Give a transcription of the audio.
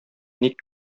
ник